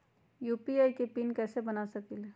UPI के PIN कैसे बना सकीले?